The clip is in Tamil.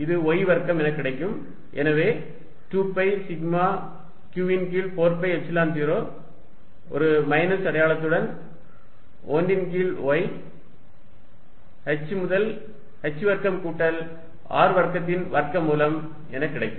இது y வர்க்கம் என கிடைக்கும் எனவே 2 பை சிக்மா q ன் கீழ் 4 பை எப்சிலன் 0 ஒரு மைனஸ் அடையாளத்துடன் 1 ன் கீழ் y h முதல் h வர்க்கம் கூட்டல் R வர்க்கத்தின் வர்க்கமூலம் என கிடைக்கும்